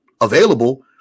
available